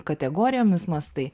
kategorijomis mąstai